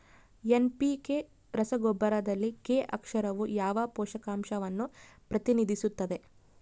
NPK ರಸಗೊಬ್ಬರದಲ್ಲಿ K ಅಕ್ಷರವು ಯಾವ ಪೋಷಕಾಂಶವನ್ನು ಪ್ರತಿನಿಧಿಸುತ್ತದೆ?